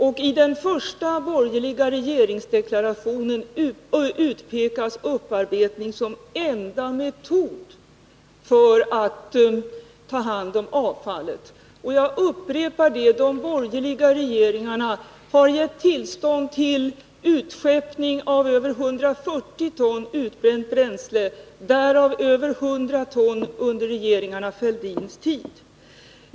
Och i den första borgerliga regeringsdeklarationen utpekas upparbetning som enda metod för att ta hand om avfallet — och jag upprepar det, de borgerliga regeringarna har gett tillstånd till utskeppning av över 140 ton utbränt bränsle, därav över 100 ton under regeringarna Fälldins tid.